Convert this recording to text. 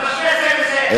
אנחנו שותפים לטקס